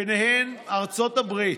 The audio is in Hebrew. ובהן ארצות הברית.